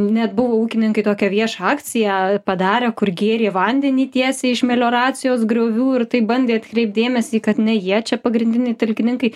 net buvo ūkininkai tokią viešą akciją padarę kur gėrė vandenį tiesiai iš melioracijos griovių ir taip bandė atkreipt dėmesį kad ne jie čia pagrindiniai talkininkai